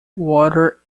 water